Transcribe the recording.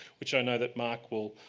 which i know that mark will